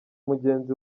mugenzi